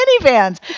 minivans